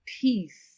peace